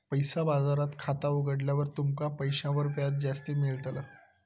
पैसा बाजारात खाता उघडल्यार तुमका पैशांवर व्याज जास्ती मेळताला